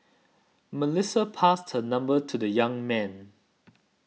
Melissa passed her number to the young man